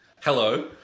Hello